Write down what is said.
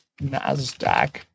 nasdaq